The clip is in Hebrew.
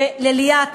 ליאת,